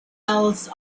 else